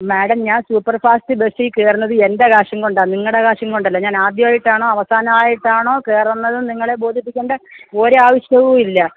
madam ഞാൻ super fast ബസ്സില് കയറുന്നത് എന്റെ കാശും കൊണ്ടാണ് നിങ്ങളുടെ കാശും കൊണ്ടല്ല ഞാൻ ആദ്യമായിട്ടാണോ അവസാനമായിട്ടാണോ കയറുന്നതെന്നു നിങ്ങളെ ബോധിപ്പിക്കേണ്ട ഒരാവശ്യവുമില്ല